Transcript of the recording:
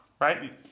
right